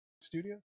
Studio